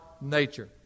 nature